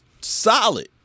solid